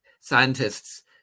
scientists